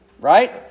right